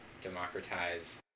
democratize